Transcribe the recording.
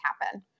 happen